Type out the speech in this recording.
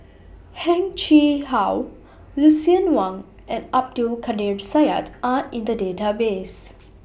Heng Chee How Lucien Wang and Abdul Kadir Syed Are in The Database